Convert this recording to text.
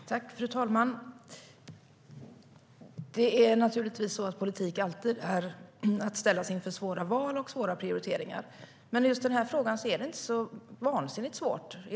STYLEREF Kantrubrik \* MERGEFORMAT Svar på interpellationerFru talman! Det är naturligtvis så att politik alltid är att ställas inför svåra val och svåra prioriteringar. Men i just den här frågan är det egentligen inte så vansinnigt svårt.